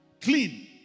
clean